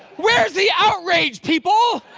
where is the outrage, people?